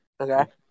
Okay